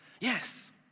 Yes